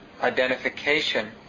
identification